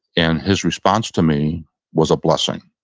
and his response to me was a blessing.